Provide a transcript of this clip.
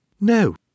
No